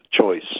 choice